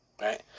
right